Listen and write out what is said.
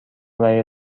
وری